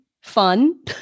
fun